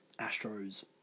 Astros